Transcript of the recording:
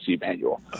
manual